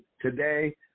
today